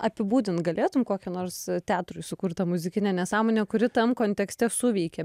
apibūdint galėtum kokią nors teatrui sukurtą muzikinę nesąmonę kuri tam kontekste suveikė